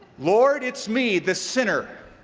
lord, it's me, the sinner.